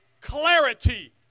clarity